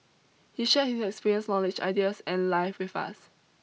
he shared his experience knowledge ideas and life with us